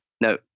No